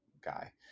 guy